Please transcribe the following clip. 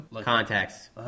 contacts